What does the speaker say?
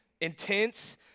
intense